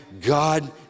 God